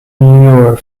manure